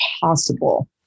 possible